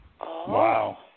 Wow